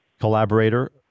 collaborator